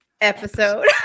episode